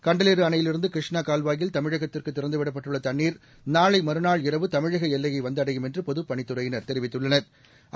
கண்டலேறு அணையிலிருந்து கிருஷ்ணா கால்வாயில் தமிழகத்திற்கு திறந்துவிடப்பட்டுள்ள தண்ணீர் இரவு தமிழக எல்லையை வந்தடையும் என்று பொதுப்பணித்துறையினர் நாளை மறுநாள் தெரிவித்துள்ளனர்